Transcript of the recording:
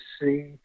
see